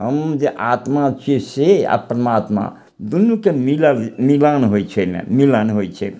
हम जे आत्मा छियै से आओर परमात्मा दुन्नूके मिलन मिलान होइ छै मिलन होइ छै